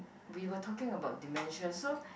we were talking about dementia so